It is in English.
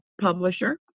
publisher